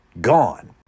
gone